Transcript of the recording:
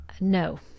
No